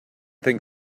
think